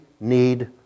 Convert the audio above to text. need